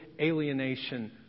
alienation